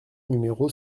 numéro